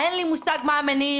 אין לי מושג מה המניעים,